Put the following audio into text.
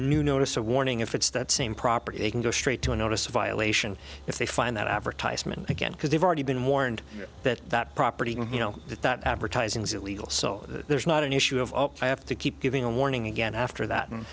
new notice of warning if it's that same property they can go straight to a notice violation if they find that advertisement again because they've already been warned that that property can you know that that advertising is illegal so there's not an issue of i have to keep giving a warning again after that and